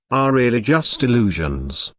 are really just illusions.